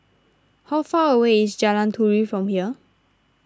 how far away is Jalan Turi from here